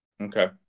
Okay